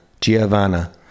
Giovanna